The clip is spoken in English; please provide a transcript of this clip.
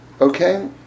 Okay